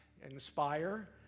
inspire